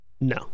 No